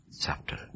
chapter